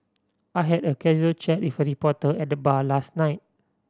I had a casual chat with a reporter at the bar last night